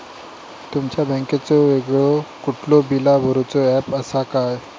तुमच्या बँकेचो वेगळो कुठलो बिला भरूचो ऍप असा काय?